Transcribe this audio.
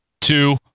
two